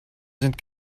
sind